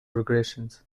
regressions